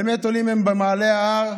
באמת עולים הם במעלה ההר,